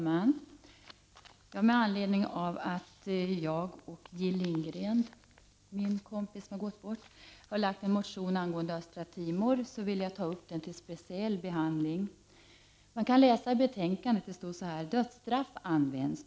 Herr talman! Jag och Jill Lindgren, min bortgångna kamrat, har avlämnat en motion, som jag vill ta upp till speciell behandling. Man kan läsa följande på s. 41 i betänkandet: ”Dödsstraff används.